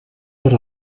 per